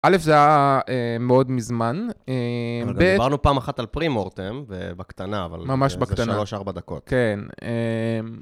אלף, זה היה מאוד מזמן. אבל גם דיברנו פעם אחת על פרימורטם, ובקטנה, אבל זה שלוש-ארבע דקות. כן.